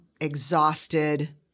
exhausted